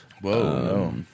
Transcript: Whoa